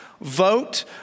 vote